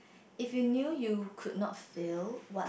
if you new you could not feel what